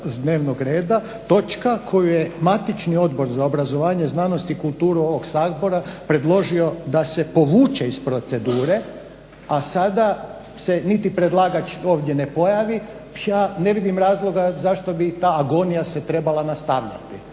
s dnevnog reda, točka koju je matični Odbor za obrazovanje, znanost i kulturu ovog Sabora predložio da se povuče iz procedure, a sada se niti predlagač ovdje ne pojavi. Ja ne vidim razloga zašto bi ta agonija se trebala nastavljati.